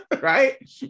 right